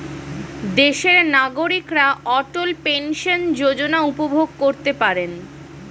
দেশের নাগরিকরা অটল পেনশন যোজনা উপভোগ করতে পারেন